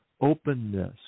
openness